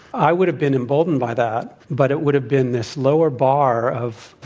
i would have been emboldened by that. but it would have been this lower bar of,